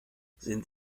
sind